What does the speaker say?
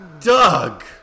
Doug